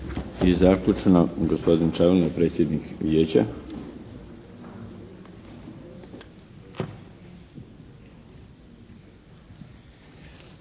I zaključno, gospodin Čavlina, predsjednik Vijeća.